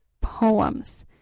poems